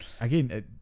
again